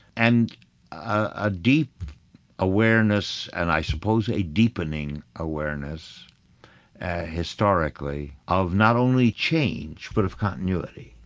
and a deep awareness and i suppose a deepening awareness historically of not only change, but of continuity